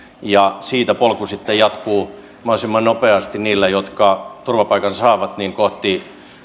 ja siitä polku sitten jatkuu mahdollisimman nopeasti niillä jotka turvapaikan saavat kohti